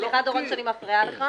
סליחה, יהודה דורון, שאני מפריעה לך.